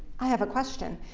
i have a question.